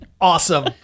Awesome